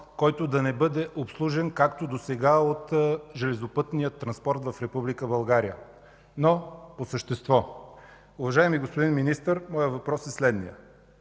който да не бъде обслужен, както досега, от железопътния транспорт в Република България. По същество. Уважаеми господин Министър, моят въпрос е следният: